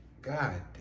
god